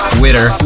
Twitter